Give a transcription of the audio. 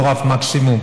לא רף מקסימום,